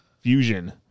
Fusion